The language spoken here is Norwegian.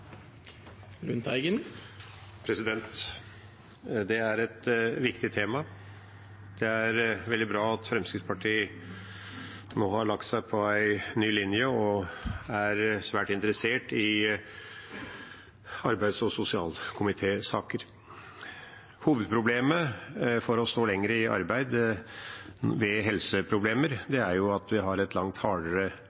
et viktig tema. Det er veldig bra at Fremskrittspartiet nå har lagt seg på en ny linje og er svært interessert i arbeids- og sosialkomité-saker. Hovedproblemet med å kunne stå lenger i arbeid ved helseproblemer